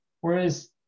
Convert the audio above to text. whereas